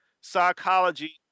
psychology